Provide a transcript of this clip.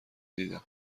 دیدم